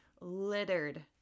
littered